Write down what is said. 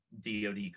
DoD